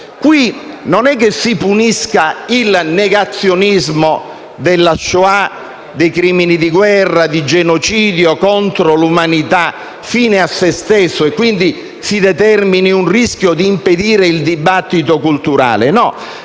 che non si punisce il negazionismo della Shoah, dei crimini di guerra, di genocidio e contro l'umanità fine a se stesso, così determinando il rischio di impedire il dibattito culturale. Ciò